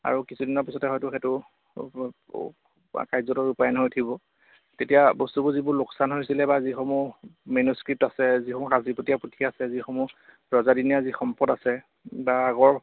আৰু কিছুদিনৰ পিছতে হয়তো সেইটো কাৰ্যতঃ ৰূপায়ণ হৈ উঠিব তেতিয়া বস্তুবোৰ যিবোৰ লোকচান হৈছিলে বা যিসমূহ মেনুস্ক্ৰীপ্ট আছে যিসমূহ সাঁচিপতীয়া পুথি আছে যিসমূহ ৰজাদিনীয়া যি সম্পদ আছে বা আগৰ